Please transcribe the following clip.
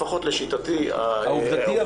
לפחות לשיטתי --- העובדתי,